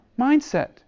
mindset